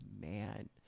man